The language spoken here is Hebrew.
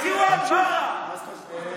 אתה לא מתבייש, זה מה שאתה,